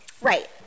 Right